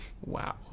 wow